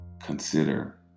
consider